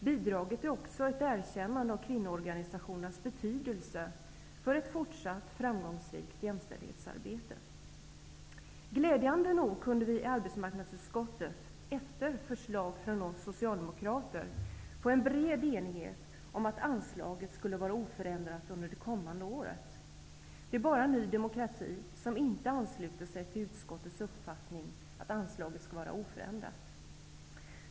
Bidraget är också ett erkännande av kvinnoorganisationernas betydelse för ett fortsatt framgångsrikt jämställdhetsarbete. Glädjande nog kunde vi i arbetsmarknadsutskottet, efter förslag från oss socialdemokrater, få en bred enighet om att anslaget skulle vara oförändrat under det kommande året. Det är bara Ny demokrati som inte har anslutit sig till utskottets uppfattning att anslaget skall vara oförändrat.